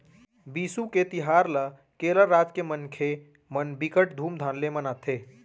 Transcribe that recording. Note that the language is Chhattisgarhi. बिसु के तिहार ल केरल राज के मनखे मन बिकट धुमधाम ले मनाथे